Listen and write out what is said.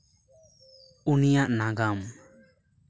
ᱩᱱᱤᱭᱟᱜ ᱱᱟᱜᱟᱢ